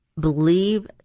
believe